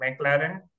McLaren